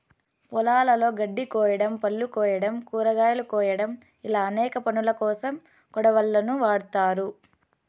పొలాలలో గడ్డి కోయడం, పళ్ళు కోయడం, కూరగాయలు కోయడం ఇలా అనేక పనులకోసం కొడవళ్ళను వాడ్తారు